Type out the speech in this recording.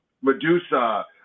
Medusa